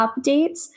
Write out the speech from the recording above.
updates